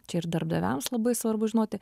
čia ir darbdaviams labai svarbu žinoti